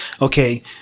okay